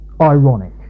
ironic